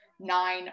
nine